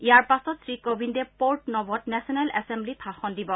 ইয়াৰ পাছত শ্ৰীকোবিন্দে পৰ্ট নভত নেছনেল এছেম্বলিত ভাষণ দিব